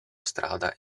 strada